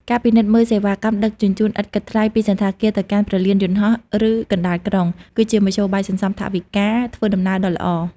ការពិនិត្យមើលសេវាកម្មដឹកជញ្ជូនឥតគិតថ្លៃពីសណ្ឋាគារទៅកាន់ព្រលានយន្តហោះ ឬកណ្តាលក្រុង គឺជាមធ្យោបាយសន្សំថវិកាធ្វើដំណើរដ៏ល្អ។